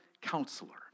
Counselor